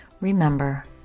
Remember